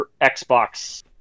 Xbox